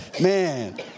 Man